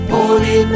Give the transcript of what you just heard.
Holy